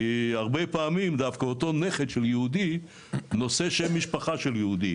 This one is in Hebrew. כי הרבה פעמים דווקא אותו נכד של יהודי נושא שם משפחה של יהודי.